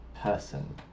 person